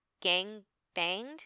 gang-banged